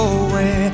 away